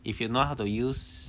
if you know how to use